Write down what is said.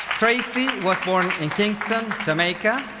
tracey was born in kingston, jamaica,